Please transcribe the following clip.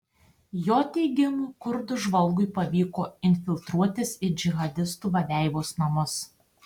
jo teigimu kurdų žvalgui pavyko infiltruotis į džihadistų vadeivos namus